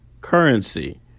currency